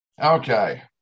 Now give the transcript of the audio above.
Okay